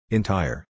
Entire